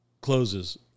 closes